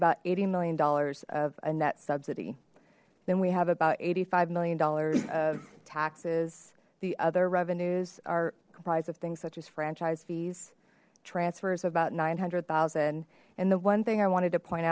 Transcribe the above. about eighty million dollars of net subsidy then we have about eighty five million dollars of taxes the other revenues are comprised of things such as franchise fees transfers about nine hundred thousand and the one thing i wanted to point